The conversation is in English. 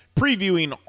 previewing